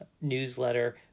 newsletter